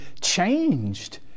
changed